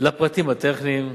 לפרטים הטכניים,